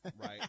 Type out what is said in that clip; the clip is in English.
right